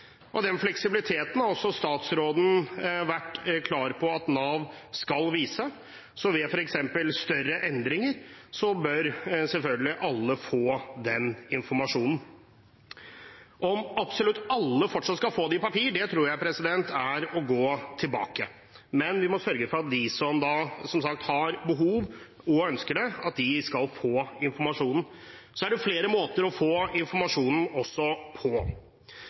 Den fleksibiliteten har også statsråden vært klar på at Nav skal vise. Ved f.eks. større endringer bør selvfølgelig alle få den informasjonen. Om absolutt alle fortsatt skal få det på papir, tror jeg er å gå tilbake, men vi må sørge for at de som, som sagt, har behov for det og ønsker det, skal få informasjonen. Så er det også flere måter å få informasjonen på.